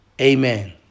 Amen